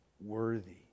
worthy